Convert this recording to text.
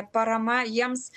parama jiems